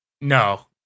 no